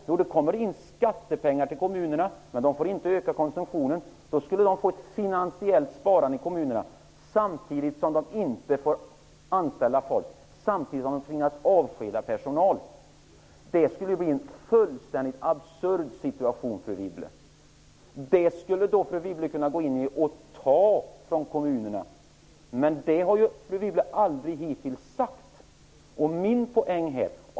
Jo, det kommer in skattepengar till kommunerna, men de får inte öka konsumtionen. Då skulle kommunerna få ett finansiellt sparande samtidigt som de inte får anställa folk och samtidigt som de tvingas avskeda personal. Det skulle bli en fullständigt absurd situation, fru Wibble. Då skulle fru Wibble kunna ta medel från kommunerna, men det har fru Wibble hittills inte velat.